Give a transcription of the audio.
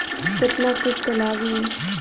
केतना किस्त लागी?